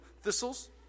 thistles